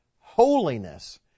holiness